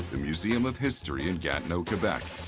the museum of history in gatineau, quebec.